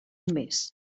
mes